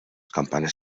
campanes